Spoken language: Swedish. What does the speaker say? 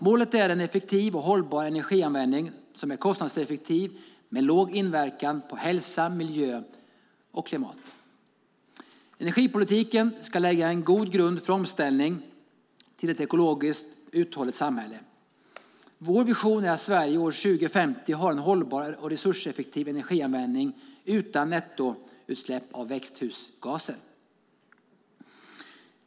Målet är en effektiv och hållbar energianvändning som är kostnadseffektiv med låg inverkan på hälsa, miljö och klimat. Energipolitiken ska lägga en god grund för omställning till ett ekologiskt uthålligt samhälle. Vår vision är att Sverige år 2050 har en hållbar och resurseffektiv energianvändning utan nettoutsläpp av växthusgaser.